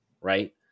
Right